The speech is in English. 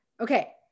Okay